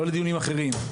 לא בדיונים אחרים,